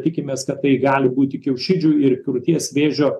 tikimės kad tai gali būti kiaušidžių ir krūties vėžio